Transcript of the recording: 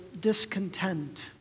discontent